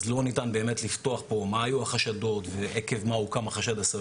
אז לא ניתן באמת לפתוח פה מה היו החשדות ועקב מה הוקם החשד הסביר.